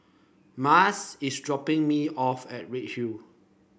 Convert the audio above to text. Martez is dropping me off at Redhill